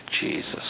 Jesus